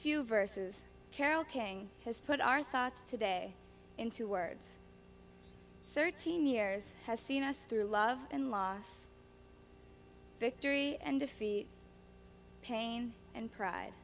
few verses carole king has put our thoughts today into words thirteen years has seen us through love and loss victory and defeat pain and pride